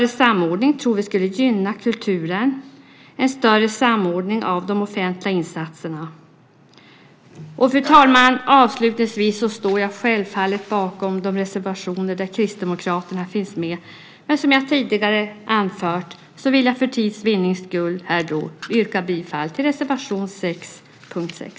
En större samordning av de offentliga insatserna skulle gynna kulturen. Fru talman! Jag står självfallet bakom de reservationer där Kristdemokraterna finns med, men för tids vinnande yrkar jag bifall endast till reservation 6 under punkt 6.